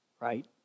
Right